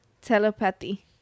telepathy